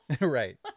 Right